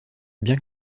bien